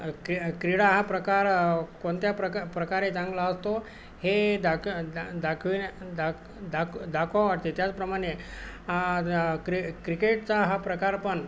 क्र क्रीडा हा प्रकार कोणत्या प्रक प्रकारे चांगला असतो हे दाक दा दाखविणे दाक दाक दाखवावा वाटते त्याचप्रमाणे क्र क्रिकेटचा हा प्रकारपण